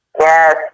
Yes